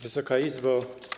Wysoka Izbo!